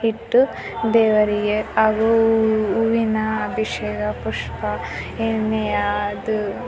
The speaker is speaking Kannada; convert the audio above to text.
ಇಟ್ಟು ದೇವರಿಗೆ ಅವೂ ಹೂವಿನ ಅಭಿಷೇಕ ಪುಷ್ಪ ಎಣ್ಣೆಯ ಅದು